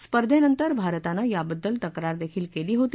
स्पर्धेनंतर भारतानं याबद्दल तक्रार देखील केली होती